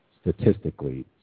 statistically